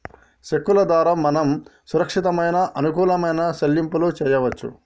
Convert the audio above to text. చెక్కు ద్వారా మనం సురక్షితమైన అనుకూలమైన సెల్లింపులు చేయవచ్చు